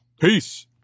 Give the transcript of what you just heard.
Peace